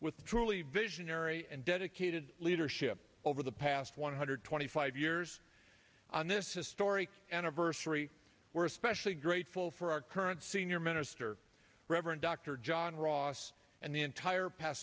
with truly visionary and dedicated leadership over the past one hundred twenty five years on this historic anniversary were especially grateful for our current senior minister reverend dr john ross and the entire p